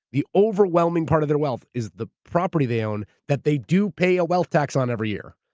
the overwhelming part of their wealth is the property they own that they do pay a wealth tax on every year.